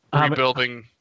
rebuilding